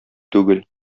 түгел